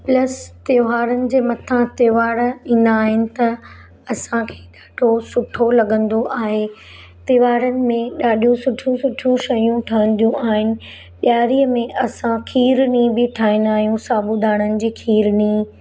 plus त्योहारनि जे मथां त्योहार ईंदा आहिनि त असांखे ॾाढो सुठो लॻंदो आहे त्योहारनि में ॾाढो सुठियूं सुठियूं शयूं ठहिदियूं आहिनि ॾिआरीअ में असां खीरनी बि ठाहींदा आहियूं साबूत दाणनि जी खीरनी